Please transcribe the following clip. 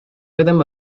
rhythm